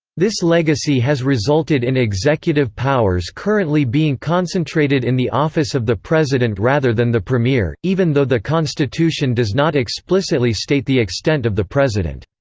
this legacy has resulted in executive powers currently being concentrated in the office of the president rather than the premier, even though the constitution does not explicitly state the extent of the president's